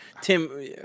tim